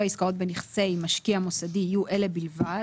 עסקאות בנכסי משקיע מוסדי יהיו אלה בלבד.